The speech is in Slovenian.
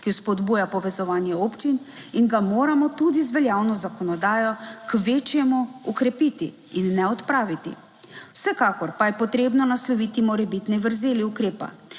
ki spodbuja povezovanje občin in ga moramo tudi z veljavno zakonodajo kvečjemu okrepiti in ne odpraviti. Vsekakor pa je potrebno nasloviti morebitne vrzeli ukrepa.